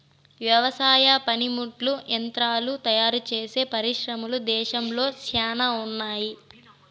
వ్యవసాయ పనిముట్లు యంత్రాలు తయారుచేసే పరిశ్రమలు దేశంలో శ్యానా ఉన్నాయి